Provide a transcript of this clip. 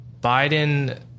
Biden